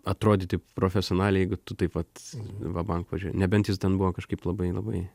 atrodyti profesionaliai jeigu tu taip vat va bank važiuoji nebent jis ten buvo kažkaip labai labai